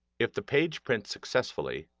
if the page prints successfully,